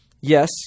Yes